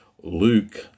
Luke